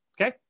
Okay